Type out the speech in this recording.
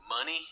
money